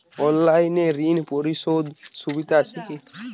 অনলাইনে ঋণ পরিশধের সুবিধা আছে কি?